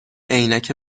عینک